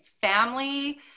Family